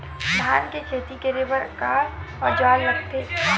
धान के खेती करे बर का औजार लगथे?